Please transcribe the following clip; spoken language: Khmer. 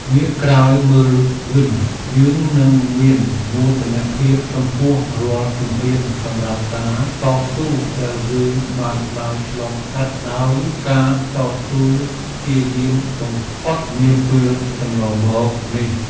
ងាកក្រោយមើលវិញយើងនឹងមានមោទនភាពចំពោះរាល់ជំហានសម្រាប់ការតស៊ូដែលយើងបានដើរឆ្លងកាត់ដោយការតស៊ូព្យាយាមបំផុតនាពេលកន្លងមកនេះ។